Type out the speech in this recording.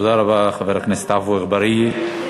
תודה רבה, חבר הכנסת עפו אגבאריה.